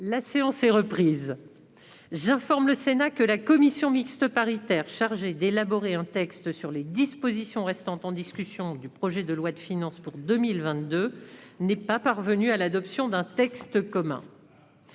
La séance est reprise. J'informe le Sénat que la commission mixte paritaire chargée d'élaborer un texte sur les dispositions restant en discussion du projet de loi de finances pour 2022 n'est pas parvenue à l'adoption d'un texte commun.